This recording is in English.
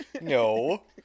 No